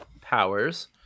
powers